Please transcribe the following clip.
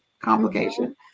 complication